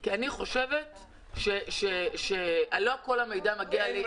כי אני חושבת שלא כל המידע מגיע אליי.